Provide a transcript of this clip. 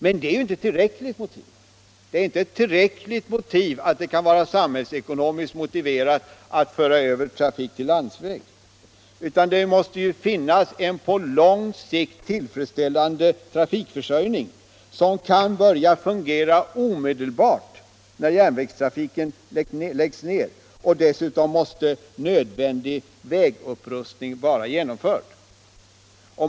Men det är ju inte ett tillräckligt motiv att det kan vara samhällsekonomiskt motiverat att föra över trafiken till landsväg. Det måste också finnas en på lång sikt tillfredsställande trafikförsörjning, som kan börja fungera omedelbart när järnvägstrafiken läggs ned, och dessutom måste nödvändig vägupprustning vara genomförd.